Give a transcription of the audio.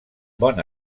bon